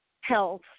health